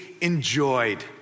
enjoyed